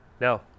No